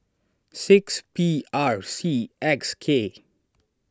six P R C X K